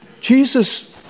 Jesus